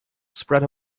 spread